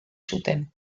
zuten